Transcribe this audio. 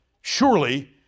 surely